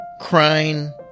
crying